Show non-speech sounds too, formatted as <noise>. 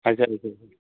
ᱟᱪᱪᱷᱟ <unintelligible>